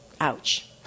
ouch